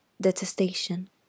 detestation